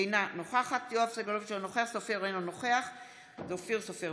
אינה נוכחת יואב סגלוביץ' אינו נוכח אופיר סופר,